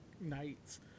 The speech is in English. nights